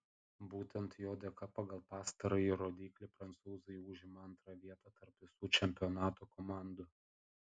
būtent jo dėka pagal pastarąjį rodiklį prancūzai užima antrą vietą tarp visų čempionato komandų